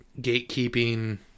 gatekeeping